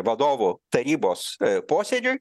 vadovų tarybos posėdžiui